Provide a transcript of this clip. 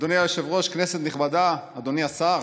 אדוני היושב-ראש, כנסת נכבדה, אדוני השר,